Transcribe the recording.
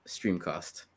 Streamcast